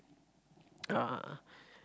uh